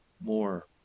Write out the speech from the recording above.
more